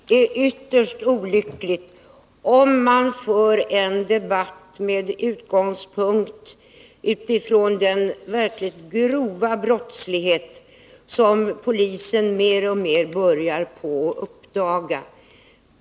Herr talman! Jag tror att det är ytterst olyckligt, om man för en debatt med utgångspunkt i den verkligt grova brottslighet som polisen mer och mer börjar uppdaga.